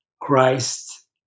Christ